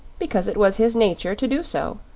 because it was his nature to do so.